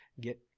get